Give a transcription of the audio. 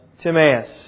Timaeus